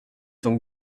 donc